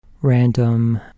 random